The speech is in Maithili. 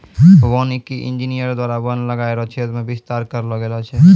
वानिकी इंजीनियर द्वारा वन लगाय रो क्षेत्र मे बिस्तार करलो गेलो छै